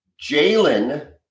Jalen